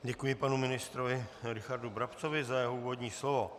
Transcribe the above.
Děkuji panu ministrovi Richardu Brabcovi za jeho úvodní slovo.